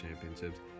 championships